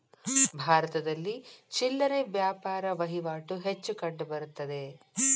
ಭಾರತದಲ್ಲಿ ಚಿಲ್ಲರೆ ವ್ಯಾಪಾರ ವಹಿವಾಟು ಹೆಚ್ಚು ಕಂಡುಬರುತ್ತದೆ